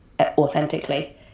authentically